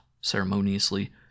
ceremoniously